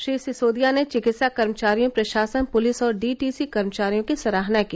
श्री सिसोदिया ने चिकित्सा कर्मचारियों प्रशासन पुलिस और डीटीसी कर्मचारियों की सराहाना की